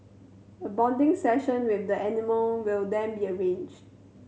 a bonding session with the animal will then be arranged